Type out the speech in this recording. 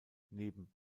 neben